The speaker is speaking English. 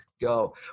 go